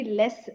less